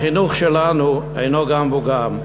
החינוך שלנו אינו גם וגם.